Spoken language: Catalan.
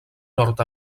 nord